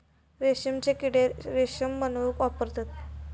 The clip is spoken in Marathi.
रेशमचे किडे रेशम बनवूक वापरतत